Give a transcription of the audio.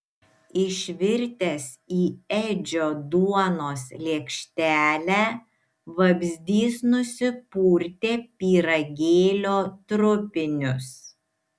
išvirtęs į edžio duonos lėkštelę vabzdys nusipurtė pyragėlio trupinius